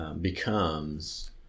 becomes